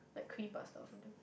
like cream pasta or something